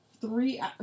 three